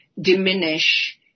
diminish